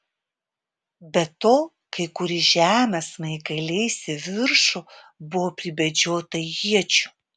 be to kai kur į žemę smaigaliais į viršų buvo pribedžiota iečių